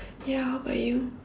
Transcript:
ya how about you